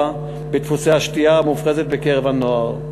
בדפוסי השתייה המופרזת בקרב הנוער.